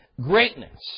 greatness